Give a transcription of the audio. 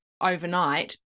overnight